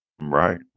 Right